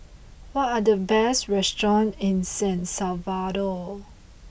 what are the best restaurants in San Salvador